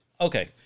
Okay